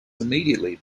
immediately